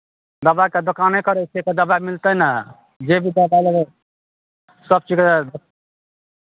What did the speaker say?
दबाइके दोकाने करै छियै तऽ दबाइ मिलतै नहि जे भी परचा लयबै सभ चीजके